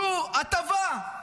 זו הטבה.